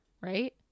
right